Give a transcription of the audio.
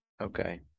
Okay